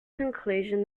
conclusion